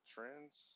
Trends